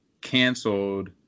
canceled